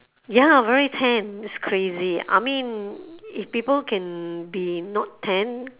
ya very tan it's crazy I mean if people can be not tan